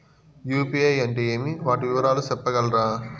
UPI అంటే ఏమి? వాటి వివరాలు సెప్పగలరా?